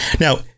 Now